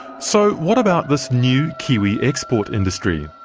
so what about this new kiwi export industry?